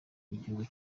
igihugu